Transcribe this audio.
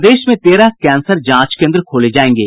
प्रदेश मे तेरह कैंसर जांच केन्द्र खोले जायेंगे